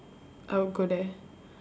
I will go there